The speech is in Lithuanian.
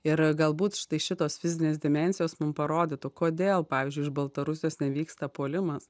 ir galbūt štai šitos fizinės dimensijos mum parodytų kodėl pavyzdžiui iš baltarusijos nevyksta puolimas